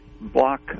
block